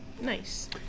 Nice